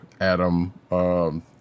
Adam